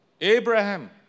Abraham